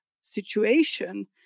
situation